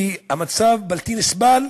כי המצב בלתי נסבל